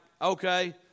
okay